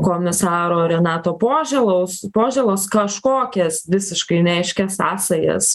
komisaro renato požėlos požėlos kažkokias visiškai neaiškias sąsajas